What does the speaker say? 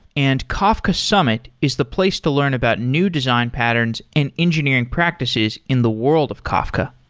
and kafka summit is the place to learn about new design patterns and engineering practices in the world of kafka.